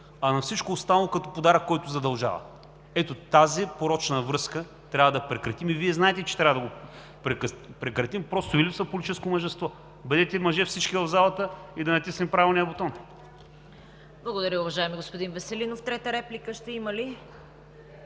а на всичко останало като подарък, който задължава. Ето тази порочна връзка трябва да прекратим и Вие знаете, че трябва да го прекратим – просто Ви липсва политическо мъжество. Бъдете мъже всички в залата и да натиснем правилния бутон! ПРЕДСЕДАТЕЛ ЦВЕТА КАРАЯНЧЕВА: Благодаря, уважаеми господин Веселинов. Трета реплика ще има ли?